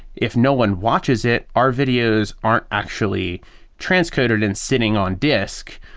if no one watches it, our videos aren't actually transcoded and sitting on disk.